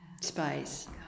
space